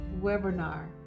webinar